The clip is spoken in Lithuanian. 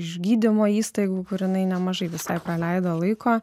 iš išgydymo įstaigų kur jinai nemažai visai praleido laiko